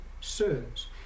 serves